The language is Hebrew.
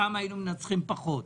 פעם היינו מנצחים פחות,